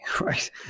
right